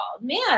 man